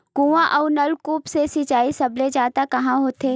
कुआं अउ नलकूप से सिंचाई सबले जादा कहां होथे?